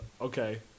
okay